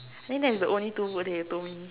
I think that is the only two book that you told me